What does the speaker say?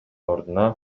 ордуна